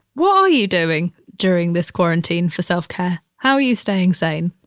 what are are you doing during this quarantine for self-care? how are you staying sane